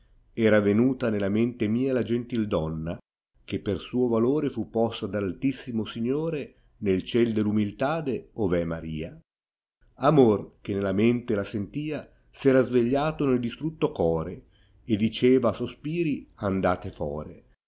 jlira venuta nella mente mia la gentil donna che per suo valore fu posta dair altissimo signore nel ciel deir nmiltate ov è maria amor che nella mente la tentia s era svegliato nel distratto cope e diceva a sospiri andate fore